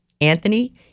Anthony